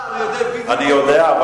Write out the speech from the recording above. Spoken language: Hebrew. יודע,